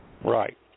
Right